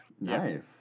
Nice